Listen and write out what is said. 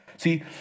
See